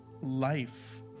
life